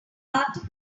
article